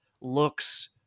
looks